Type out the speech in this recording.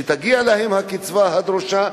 שתגיע להם הקצבה הדרושה,